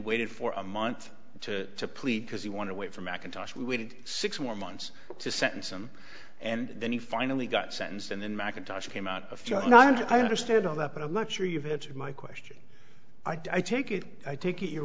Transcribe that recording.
waited for a month to plead because he want to wait for mcintosh we waited six more months to sentence him and then he finally got sentenced and then mcintosh came out of jail no i understand all that but i'm not sure you've answered my question i take it i take it you're